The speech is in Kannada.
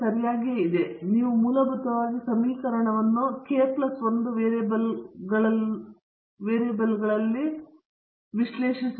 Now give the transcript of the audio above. ಏಕೆಂದರೆ ನೀವು ಮೂಲಭೂತವಾಗಿ ಸಮೀಕರಣವನ್ನು k plus 1 ವೇರಿಯಬಲ್ಗಳು ಮತ್ತು ಕೆ ಪ್ಲಸ್ 1 ಅಜ್ಞಾತರು